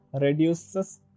reduces